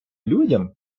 людям